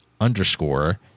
underscore